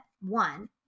one